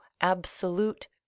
absolute